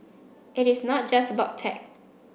it is not just about tech